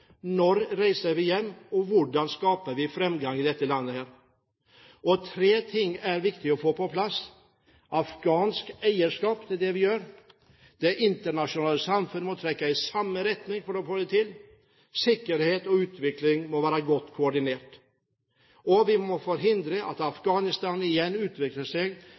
Når reiser vi hjem? Og hvordan skaper vi framgang i dette landet? Tre ting er viktig å få på plass: afghansk eierskap til det vi gjør, at det internasjonale samfunn må trekke i samme retning for å få det til, og at sikkerhet og utvikling må være godt koordinert. Vi må forhindre at Afghanistan igjen utvikler seg